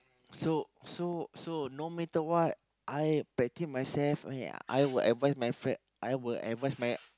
so so so no matter what I practice myself ya I will advice my friend I will advice my